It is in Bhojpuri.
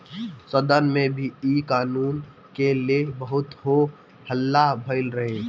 सदन में भी इ कानून के ले बहुते हो हल्ला भईल रहे